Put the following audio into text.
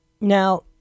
Now